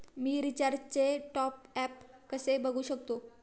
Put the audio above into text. मी रिचार्जचे टॉपअप कसे बघू शकतो?